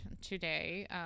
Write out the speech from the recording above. today